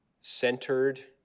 centered